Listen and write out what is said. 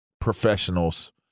professionals